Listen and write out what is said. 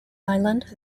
island